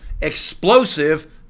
explosive